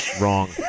Wrong